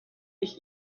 ich